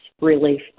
relief